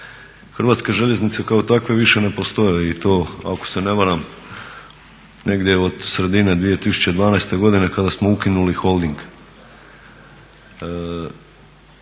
Hrvatske željeznice kao takve više ne postoje i to ako se ne varam negdje od sredine 2012. godine kada smo ukinuli holding.